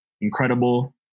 incredible